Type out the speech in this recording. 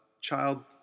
child